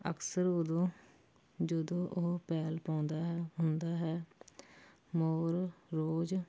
ਅਕਸਰ ਉਦੋਂ ਜਦੋਂ ਉਹ ਪੈਲ ਪਾਉਂਦਾ ਹੈ ਹੁੰਦਾ ਹੈ ਮੋਰ ਰੋਜ਼